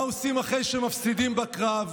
מה עושים אחרי שמפסידים בקרב?